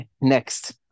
Next